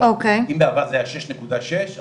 אם בעבר זה היה שש נקודה שש,